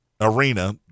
Arena